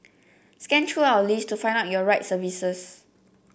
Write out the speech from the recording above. scan through our list to find out your right services